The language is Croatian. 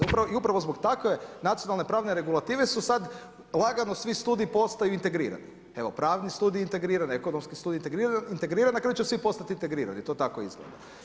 I upravo zbog takve nacionalne pravne regulative sad lagano svi studiji postaju integrirani, evo pravni studij je integriran, ekonomski studij integriran, na kraju će svi postati integrirani, to tako izgleda.